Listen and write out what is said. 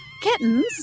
Kittens